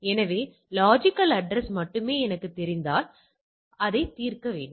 எனவே logical address மட்டுமே எனக்குத் தெரிந்தால் அதைத் தீர்க்க வேண்டும்